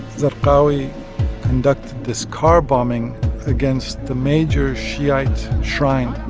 zarqawi conducted this car bombing against the major shiite shrine,